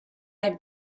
have